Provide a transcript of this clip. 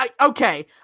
Okay